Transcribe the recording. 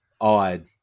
odd